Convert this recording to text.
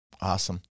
Awesome